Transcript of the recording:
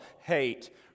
hate